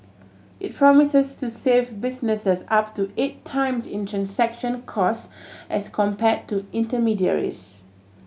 it promises to save businesses up to eight times in transaction cost as compare to intermediaries